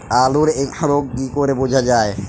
আলুর এক্সরোগ কি করে বোঝা যায়?